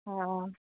অঁ অঁ